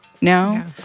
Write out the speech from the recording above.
now